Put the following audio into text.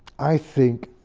i think,